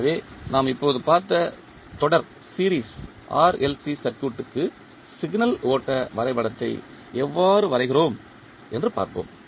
எனவே நாம் இப்போது பார்த்த தொடர் RLC சர்க்யூட் க்கு சிக்னல் ஓட்ட வரைபடத்தை எவ்வாறு வரைகிறோம் என்று பார்ப்போம்